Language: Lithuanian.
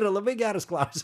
yra labai geras klausimas